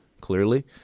clearly